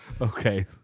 Okay